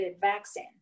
vaccine